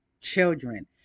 children